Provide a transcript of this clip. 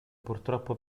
purtroppo